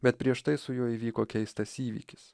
bet prieš tai su juo įvyko keistas įvykis